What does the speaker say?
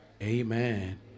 Amen